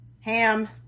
ham